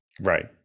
right